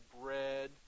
bread